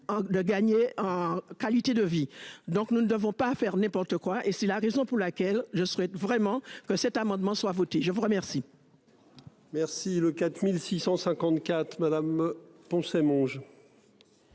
de gagner en qualité de vie. Donc nous ne devons pas faire n'importe quoi et c'est la raison pour laquelle je souhaite vraiment que cet amendement soit votée, je vous remercie.